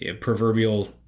proverbial